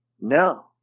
no